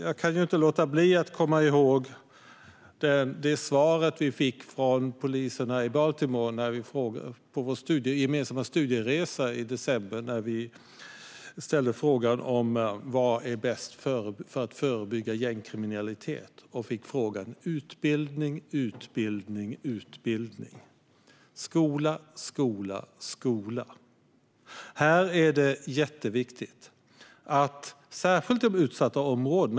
Jag kan inte låta bli att minnas svaret vi fick från poliserna i Baltimore under vår gemensamma studieresa i december, när vi ställde frågan vad som är bäst för att förebygga gängkriminalitet. Svaret var utbildning och skola. Detta är jätteviktigt, särskilt i de utsatta områdena.